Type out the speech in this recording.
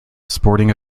sporting